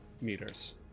meters